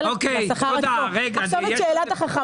שאלת החכם